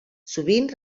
sovint